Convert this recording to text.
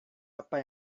apa